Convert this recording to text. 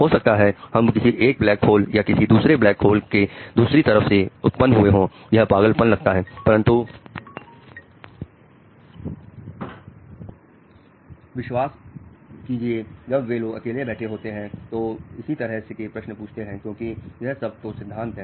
हो सकता है हम किसी एक ब्लैक होल या किसी दूसरे ब्लैक होल के दूसरी तरफ से उत्पन्न हुए हो यह पागलपन लगता है परंतु विश्वास करिए जब वे लोग अकेले बैठे होते हैं तो इसी तरह के प्रश्न पूछते हैं क्योंकि यह सब तो सिद्धांत है